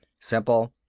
simple,